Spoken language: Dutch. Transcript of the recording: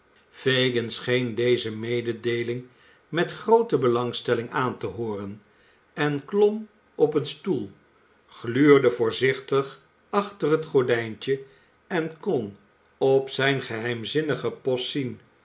fagin scheen deze mededeeling met groote belangstelling aan te hooren hij klom op een stoel gluurde voorzichtig achter het gordijntje en kon op zijn geheimzinnigen post zien